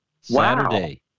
Saturday